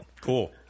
Cool